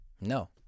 No